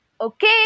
Okay